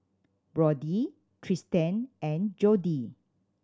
Brody Tristan and Jody